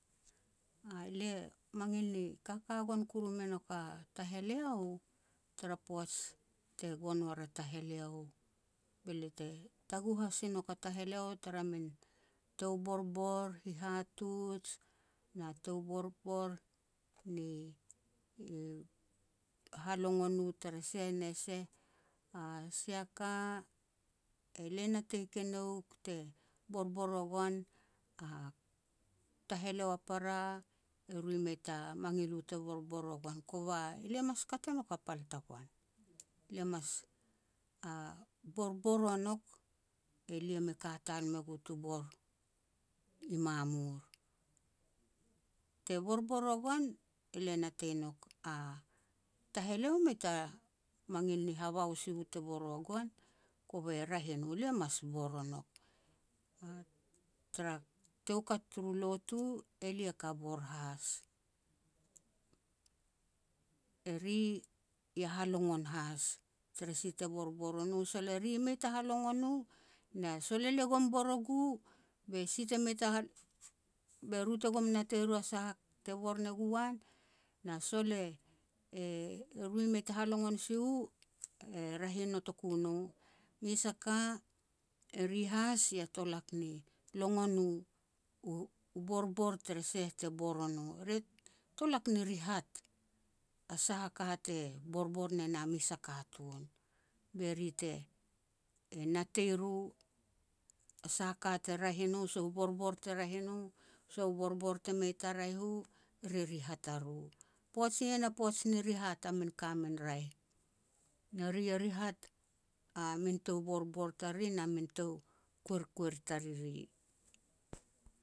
Elia mangil ni kaka gon koru me nouk a taheleo tara poaj te gon war a taheleo, be lia te taguh has e nouk a taheleo tara tou borbor hihatuj, na tou borbor ni halongon u tere seh ne seh, a sia ka elia natei ke nouk te borbor wa goan, a taheleo a para eru i mei ta mangil u te borbor wagoan. Koba elia mas kat e nouk a pal tagoan. Eli mas borbor wa nouk, elia me ka tal mei gu tu bor i mamur. Te borbor wa goan elia natei nouk, a taheleo mei ta mangil ni habao si u te bor wa goan, kove e raeh e no, elia mas bor o nouk. Tara tou kat turu lotu, elia ka bor haas. Eri ia halongon haas tere si te borbor no. Sol eri mei ta halongon u, ne sol elia kom bor gu, be si te mei ta halon be ru te kom natei ru sa ka te bor ne gu an, na sol e-e eru mei ta halongon si u, e raeh notoku no. Mes a ka eri haas ni tolak ni longon u-u borbor tere seh te bor o no, re tolak ni rihat a sah a ka te borbor ne na mes a katun, be ri te e natei ru a sah a ka te raeh e no, sah u borbor te raeh e no, sah borbor te mei ta raeh u, eri rihat aru. Poaj nien a poaj ni rihat a min ka min raeh, na ri rihat a min tou borbor tariri na min tou kuerkuer i tariri